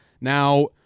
Now